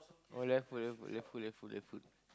oh Leftfoot Leftfoot Leftfoot Leftfoot Leftfoot